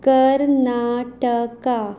Karnataka